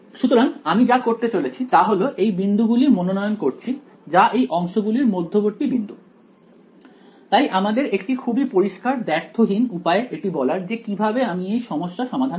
সুতরাং আমি যা করতে চলেছি তা হল এই বিন্দুগুলি মনোনয়ন করছি যা এই অংশগুলির মধ্যবর্তী বিন্দু তাই আমাদের একটি খুবই পরিষ্কার দ্ব্যর্থহীন উপায় এটি বলার যে কিভাবে আমি এই সমস্যা সমাধান করব